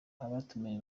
abatumiwe